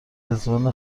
رضوان